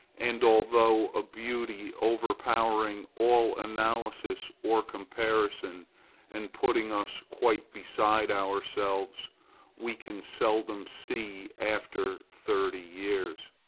and although a beauty overpowering all analysis or comparison and putting us quite beside ourselves we can seldom see after thirty years,